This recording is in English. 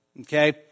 Okay